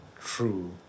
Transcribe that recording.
true